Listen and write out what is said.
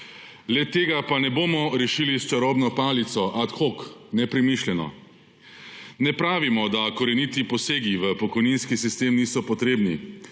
Tega ne bomo rešili s čarobno palico, ad hoc, nepremišljeno. Ne pravimo, da koreniti posegi v pokojninski sistem niso potrebni.